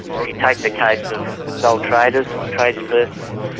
if you take the case of sole traders, or tradespersons,